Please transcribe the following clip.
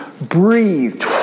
breathed